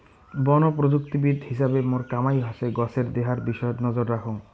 বন প্রযুক্তিবিদ হিছাবে মোর কামাই হসে গছের দেহার বিষয়ত নজর রাখাং